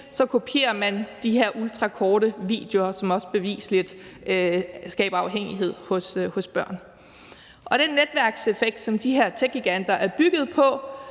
kopierer man de her ultrakorte videoer, som beviseligt skaber afhængighed hos børn. Den netværkseffekt, som de her techgiganter er bygget på,